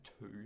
two